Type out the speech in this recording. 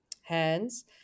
hands